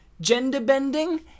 gender-bending